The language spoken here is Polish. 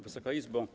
Wysoka Izbo!